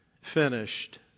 finished